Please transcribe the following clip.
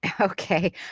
Okay